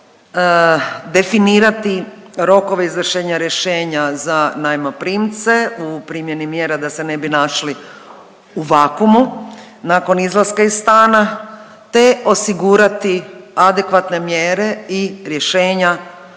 definirati rokove izvršenja rješenja za najmoprimce u primjeni mjera da se ne bi našli u vakuumu nakon izlaska iz stana te osigurati adekvatne mjere i rješenja